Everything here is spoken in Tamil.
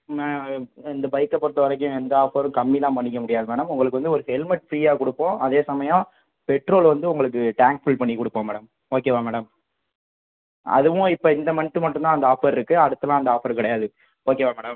ம இந்த பைக்கை பொறுத்த வரைக்கும் எந்த ஆஃபரும் கம்மியெலாம் பண்ணிக்க முடியாது மேடம் உங்களுக்கு வந்து ஒரு ஹெல்மட் ஃபீரீயாக கொடுப்போம் அதே சமயம் பெட்ரோல் வந்து உங்களுக்கு டேங்க் ஃபில் பண்ணி கொடுப்போம் மேடம் ஓகேவா மேடம் அதுவும் இப்போ இந்த மந்த்து மட்டும் தான் அந்த ஆஃபர் இருக்குது அடுத்தெலாம் அந்த ஆஃபர் கிடையாது ஓகேவா மேடம்